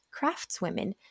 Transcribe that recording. craftswomen